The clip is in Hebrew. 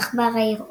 עכבר העיר אונליין,